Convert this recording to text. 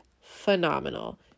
phenomenal